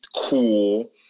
cool